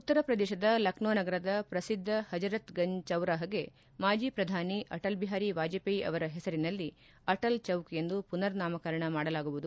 ಉತ್ತರ ಪ್ರದೇಶದ ಲಕ್ಷೋ ನಗರದ ಪ್ರಸಿದ್ದ ಹಜರತ್ ಗಂಜ್ ಚೌರಾಹಗೆ ಮಾಜಿ ಪ್ರಧಾನಿ ಅಟಲ್ ಬಿಹಾರಿ ವಾಜಪೇಯಿ ಅವರ ಹೆಸರಿನಲ್ಲಿ ಅಟಲ್ ಚೌಕ್ ಎಂದು ಪುನರ್ ನಾಮಕರಣ ಮಾಡಲಾಗುವುದು